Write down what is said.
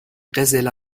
قزل